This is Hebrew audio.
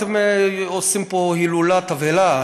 מה אתם עושים פה הילולה, תבהלה?